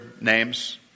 names